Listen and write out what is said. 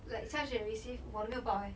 like xia xue received 我的没有爆 eh